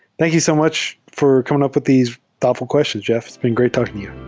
thank you so much for coming up with these thoughtful questions, jeff. it's been great talking to you.